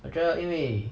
我觉得因为